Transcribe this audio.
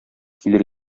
килер